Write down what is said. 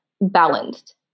balanced